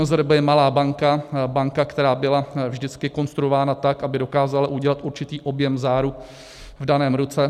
ČMZRB je malá banka, banka, která byla vždycky konstruována tak, aby dokázala udělat určitý objem záruk v daném roce.